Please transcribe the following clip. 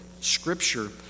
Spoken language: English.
scripture